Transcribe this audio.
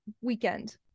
weekend